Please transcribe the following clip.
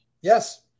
Yes